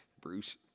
Bruce